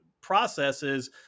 processes